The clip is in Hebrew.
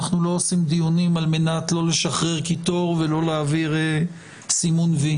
אנחנו לא עושים דיונים על מנת לשחרר קיטור או לסמן "וי".